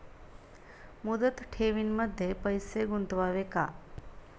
मुदत ठेवींमध्ये पैसे गुंतवावे का?